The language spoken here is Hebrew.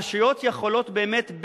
הרשויות יכולות באמת,